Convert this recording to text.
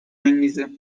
انگیزه